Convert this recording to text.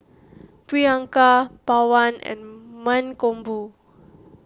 Priyanka Pawan and Mankombu